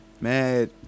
Mad